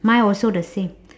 mine also the same